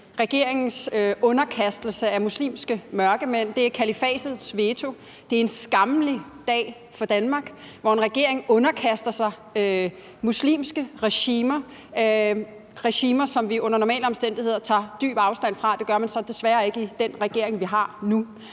regeringens underkastelse under muslimske mørkemænd; det er kalifatets veto; det er en skammelig dag for Danmark, hvor en regering underkaster sig muslimske regimer, som vi under normale omstændigheder tager dyb afstand fra. Det gør man så desværre ikke i den regering, vi har nu,